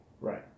Right